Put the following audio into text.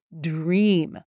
dream